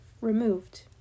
removed